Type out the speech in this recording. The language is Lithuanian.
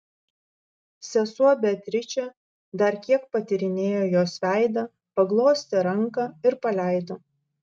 sesuo beatričė dar kiek patyrinėjo jos veidą paglostė ranką ir paleido